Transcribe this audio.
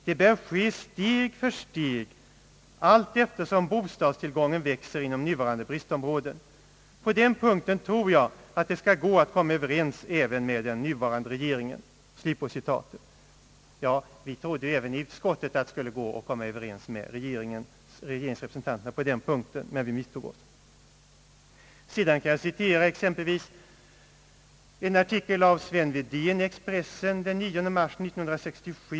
Det bör ske steg för steg, allteftersom bostadstillgången växer inom nuvarande bristområden. På den punkten tror jag att det skall gå att komma överens även med den nuvarande regeringen.» Ja, vi trodde även i utskottet att det skulle gå att komma överens med regeringens representanter på den punkten, men vi misstog oss. Sedan kan jag citera exempelvis en artikel av herr Sven Wedén i Expressen den 9 mars 1967.